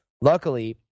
Luckily